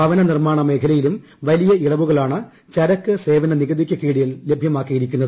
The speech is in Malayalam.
ഭവന നിർമ്മാണ മേഖലയിലും വലിയ ഇളവുകളാണ് ചരക്കുസേവന നികുതിക്ക് കീഴിൽ ലഭ്യമാക്കിയിരിക്കുന്നത്